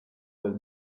will